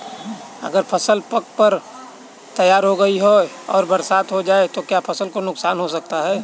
अगर फसल पक कर तैयार हो गई है और बरसात हो जाए तो क्या फसल को नुकसान हो सकता है?